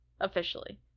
officially